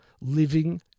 living